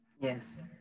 Yes